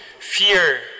fear